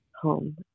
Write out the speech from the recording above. home